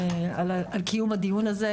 על קיום הדיון הזה,